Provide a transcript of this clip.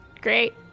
Great